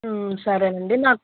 సరేనండి నాకు